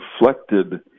reflected